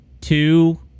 two